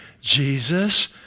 Jesus